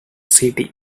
city